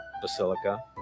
basilica